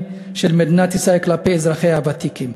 של מדינת ישראל כלפי אזרחיה הוותיקים.